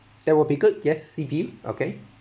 that will be good yes view okay